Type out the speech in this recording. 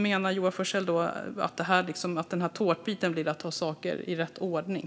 Min fråga är: Hur menar Joar Forssell att tårtbiten innebär att ta saker i rätt ordning?